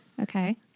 Okay